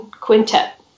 quintet